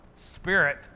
Spirit